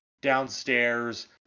downstairs